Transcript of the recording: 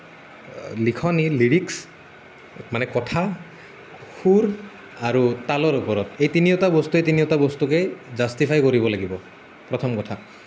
লিখনি লিৰিক্স মানে কথা সুৰ আৰু তালৰ ওপৰত এই তিনিওটা বস্তুৱে তিনিওটা বস্তুকেই জাষ্টিফাই কৰিব লাগিব প্ৰথম কথা